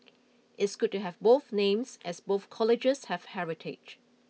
it's good to have both names as both colleges have heritage